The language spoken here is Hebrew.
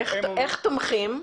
איך תומכים?